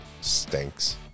stinks